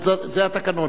אין מתנגדים, אין נמנעים.